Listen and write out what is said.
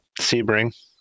Sebring